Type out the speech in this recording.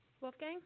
wolfgang